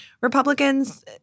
Republicans